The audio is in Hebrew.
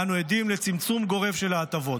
אנו עדים לצמצום גורף של ההטבות.